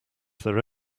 their